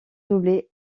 doublé